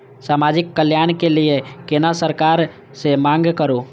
समाजिक कल्याण के लीऐ केना सरकार से मांग करु?